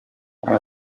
para